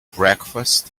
breakfast